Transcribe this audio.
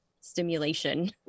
stimulation